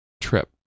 trip